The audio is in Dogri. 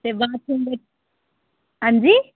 ते बाथरूम दे हंजी